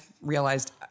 realized